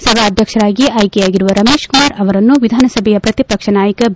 ಸಭಾಧ್ಯಕ್ಷರಾಗಿ ಆಯ್ಕೆಯಾಗಿರುವ ರಮೇಶ್ ಕುಮಾರ್ರವರನ್ನು ವಿಧಾನಸಭೆ ಪ್ರತಿಪಕ್ಷ ನಾಯಕ ಬಿ